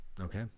Okay